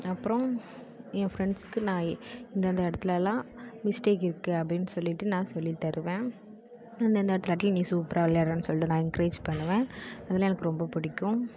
அப்புறம் என் ஃரெண்ட்ஸ்க்கு நான் இந்த இந்த இடத்துல எல்லாம் மிஸ்டேக் இருக்குது அப்படின் சொல்லிட்டு நான் சொல்லி தருவேன் அந்தந்த இடத்துல நீ சூப்பராக விளையாடுறனு சொல்லி நான் என்கிரேஜ் பண்ணுவேன் அதெலாம் எனக்கு ரொம்ப பிடிக்கும்